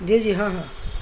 جی جی ہاں ہاں